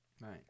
Right